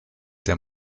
der